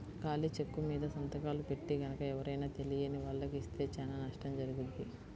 ఖాళీ చెక్కుమీద సంతకాలు పెట్టి గనక ఎవరైనా తెలియని వాళ్లకి ఇస్తే చానా నష్టం జరుగుద్ది